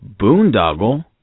Boondoggle